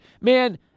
Man